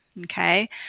Okay